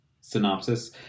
synopsis